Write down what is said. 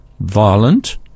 Violent